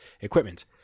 equipment